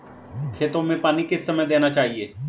खेतों में पानी किस समय देना चाहिए?